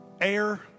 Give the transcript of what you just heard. air